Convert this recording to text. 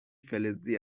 فلزی